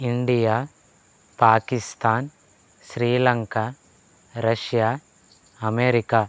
India Pakistan Sri Lanka Russia America